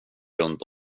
runt